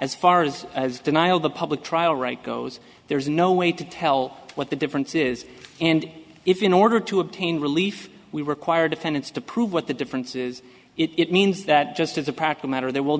as far as denial the public trial right goes there's no way to tell what the difference is and if in order to obtain relief we require defendants to prove what the difference is it means that just as a practical matter there will